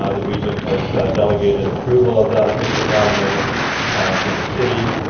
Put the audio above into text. ah the region has delegated approval of that official plan amendment to the city.